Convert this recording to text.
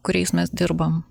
kuriais mes dirbam